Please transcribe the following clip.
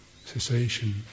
cessation